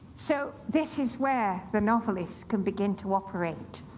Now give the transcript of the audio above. so this is where the novelist can begin to operate.